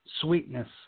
sweetness